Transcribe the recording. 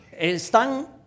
Están